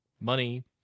money